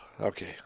Okay